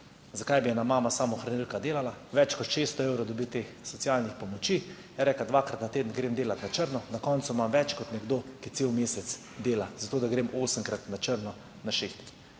Zakaj bi ena mama samohranilka delala? Več kot 600 evrov dobi socialnih pomoči, je rekla, dvakrat na teden grem delat na črno, na koncu imam več kot nekdo, ki cel mesec dela, za to, da grem osemkrat na črno na šiht.